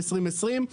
ב-2020,